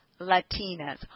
Latinas